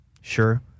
sure